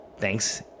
Thanks